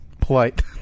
Polite